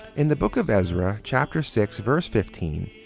in the book of ezra chapter six verse fifteen,